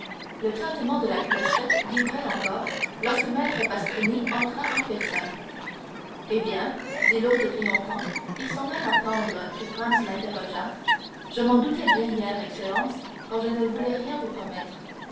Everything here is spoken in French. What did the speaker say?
le tintement de la clochette vibrait encore lorsque maître pastrini entra en personne eh bien dit l'hôte triomphant et sans même attendre que franz l'interrogeât je m'en doutais bien hier excellence quand je ne voulais rien vous promettre